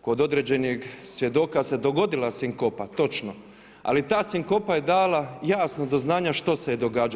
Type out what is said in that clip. kod određenih svjedoka se dogodila sinkopa, točno, ali ta sinkopa je dala jasno do znanja što se događalo.